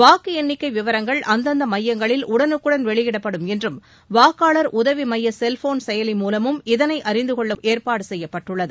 வாக்கு எண்ணிக்கை விவரங்கள் அந்தந்த மையங்களில் உடனுக்குடன் வெளியிடப்படும் என்றும் வாக்காளர் உதவி உமைய செல்போன் செயலி மூலமும் இதனை அறிந்து கொள்ள ஏற்பாடு செய்யப்பட்டுள்ளது